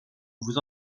vous